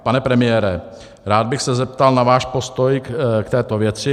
Pane premiére, rád bych se zeptal na váš postoj k této věci.